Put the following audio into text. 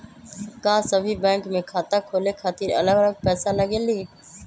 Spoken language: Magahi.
का सभी बैंक में खाता खोले खातीर अलग अलग पैसा लगेलि?